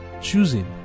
choosing